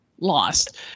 lost